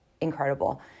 incredible